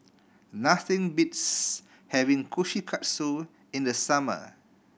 nothing beats having Kushikatsu in the summer